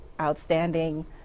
outstanding